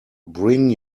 bring